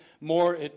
more